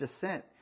descent